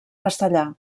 castellà